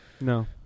No